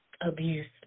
abuse